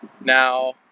now